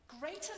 Greater